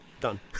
Done